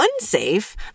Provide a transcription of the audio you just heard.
unsafe